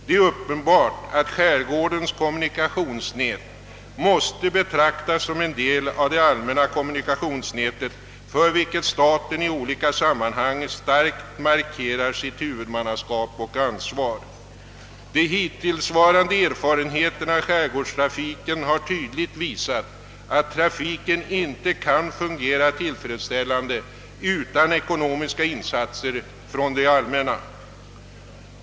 Det är uppenbart att skärgårdens kommunikationsnät måste betraktas som en del av det allmänna kommunikationsnätet, för vilket staten i olika sammanhang starkt markerar sitt huvudmannaskap och ansvar. De hittillsvarande erfarenheterna av skärgårdstrafiken har tydligt visat att trafiken inte kan fungera tillfredsställande utan ekonomiska insatser från det allmänna.